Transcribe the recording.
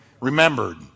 remembered